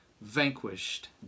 vanquished